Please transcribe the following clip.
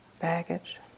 baggage